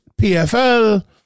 PFL